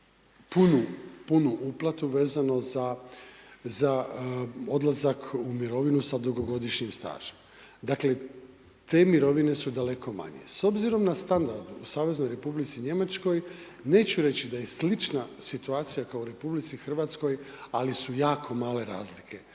punu uplatu vezano za odlazak u mirovinu sa dugogodišnjim stažem. Dakle te mirovine su daleko manje. S obzirom na standard u Saveznoj Republici Njemačkoj, neću reći da je slična situacija kao u RH, ali su jako male razlike.